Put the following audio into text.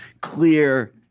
clear